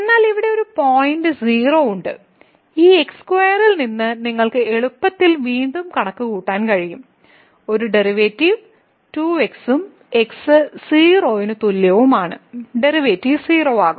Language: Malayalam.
എന്നാൽ ഇവിടെ ഒരു പോയിന്റ് 0 ഉണ്ട് ഈ x2 ൽ നിന്ന് നിങ്ങൾക്ക് എളുപ്പത്തിൽ വീണ്ടും കണക്കുകൂട്ടാൻ കഴിയും ഒരു ഡെറിവേറ്റീവ് 2x ഉം x 0 ന് തുല്യവുമാണ് ഡെറിവേറ്റീവ് 0 ആകും